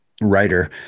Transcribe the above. writer